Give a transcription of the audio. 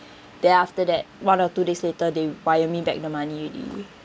then after that one or two days later they wire me back the money already